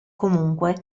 comunque